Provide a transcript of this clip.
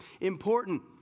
important